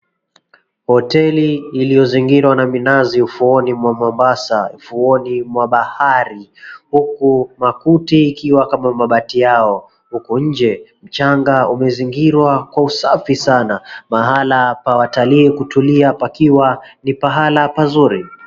Hoteli iliyozingirwa na minazi ufuoni mwa Mombasa, ufuoni mwa bahari huku makuti ikiwa kama mabati yao huku nje mchanga umezingirwa kwa usafi sana, mahala pa watalii kutulia pakiwa ni pahala pazuri.